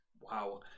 Wow